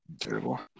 terrible